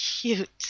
cute